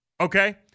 okay